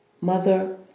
Mother